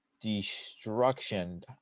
destruction